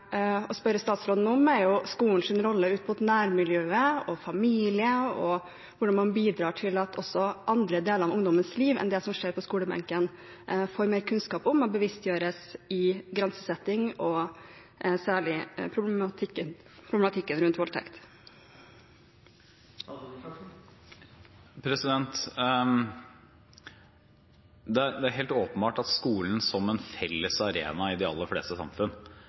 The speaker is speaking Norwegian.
spørre statsråden om, går på skolens rolle ut mot nærmiljø og familie. Hvordan bidrar man til at også andre i ungdommens liv, utover det som skjer på skolebenken, får mer kunnskap og bevisstgjøres om grensesetting og særlig problematikken rundt voldtekt? Det er helt åpenbart at skolen som en felles arena i de aller fleste samfunn